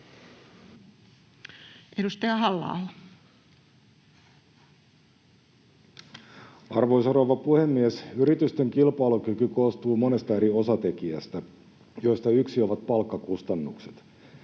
Edustaja Halla-aho. Arvoisa rouva puhemies! Yritysten kilpailukyky koostuu monesta eri osatekijästä, joista yksi ovat palkkakustannukset.